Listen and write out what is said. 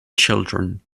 children